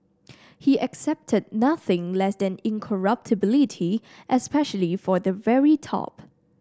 he accepted nothing less than incorruptibility especially for the very top